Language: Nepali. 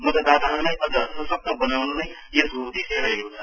मतदाताहरुलाई अरु सशक्त बनाउनु नै यसको उदेश्य रहेको छ